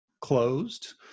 closed